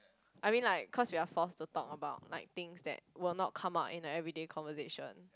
I mean like cause we are forced to talk about like things that will not come out in the every day conversation